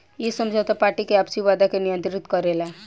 इ समझौता पार्टी के आपसी वादा के नियंत्रित करेला